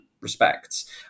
respects